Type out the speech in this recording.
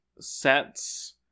sets